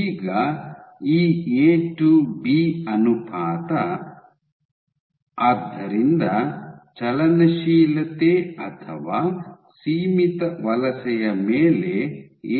ಈಗ ಈ A to B ಅನುಪಾತ ಆದ್ದರಿಂದ ಚಲನಶೀಲತೆ ಅಥವಾ ಸೀಮಿತ ವಲಸೆಯ ಮೇಲೆ